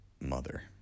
mother